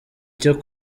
cyo